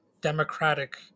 Democratic